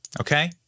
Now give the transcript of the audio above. okay